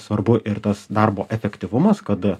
svarbu ir tas darbo efektyvumas kad